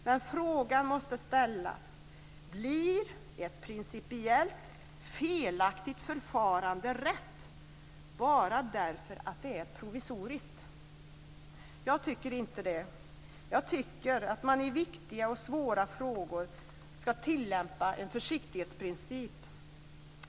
Men frågan måste ställas: Blir ett principiellt felaktigt förfarande rätt bara därför att det är provisoriskt? Jag tycker inte det. Jag tycker att man i viktiga och svåra frågor ska tillämpa en försiktighetsprincip.